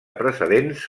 precedents